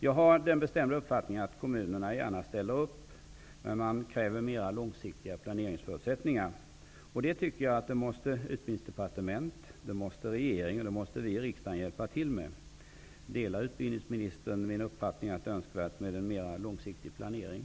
Jag har den bestämda uppfattningen att kommunerna gärna ställer upp, men man kräver förutsättningar för en mer långsiktig planering, och jag menar att Utbildningsdepartementet, regeringen och riksdagen måste hjälpa till med det. Delar utbildningsministern min uppfattning att det är önskvärt med en mer långsiktig planering?